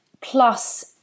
plus